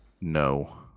No